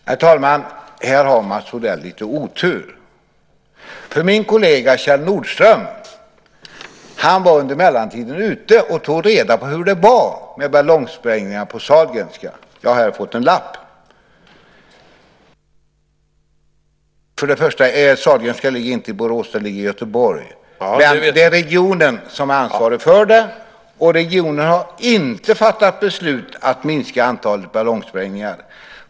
Herr talman! Här har Mats Odell lite otur. Min kollega Kjell Nordström har tagit reda på hur det är med ballongsprängningar på Sahlgrenska, och jag har här fått en lapp av honom. Till att börja med ligger Sahlgrenska inte i Borås, utan det ligger i Göteborg. Men det är regionen som är ansvarig för detta, och där har man inte fattat beslut om att minska antalet ballongsprängningar.